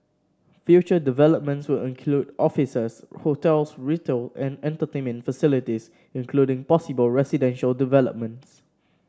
future developments will include offices hotels retail and entertainment facilities including possible residential developments